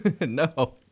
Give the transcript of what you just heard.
No